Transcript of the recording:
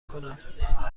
کنم